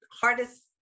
hardest